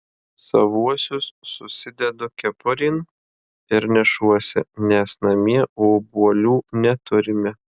savuosius susidedu kepurėn ir nešuosi nes namie obuolių neturime